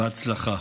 בהצלחה.